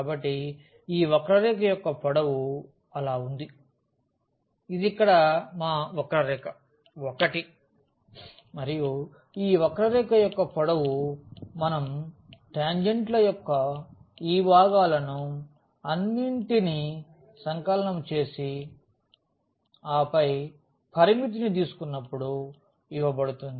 కాబట్టి ఈ వక్రరేఖ యొక్క పొడవు అలా ఉంది ఇది ఇక్కడ మా వక్రరేఖ l మరియు ఈ వక్రరేఖ యొక్క పొడవు మనం టాంజెంట్ల యొక్క ఈ భాగాలను అన్నింటినీ సంకలనం చేసి ఆపై పరిమితిని తీసుకున్నప్పుడు ఇవ్వబడుతుంది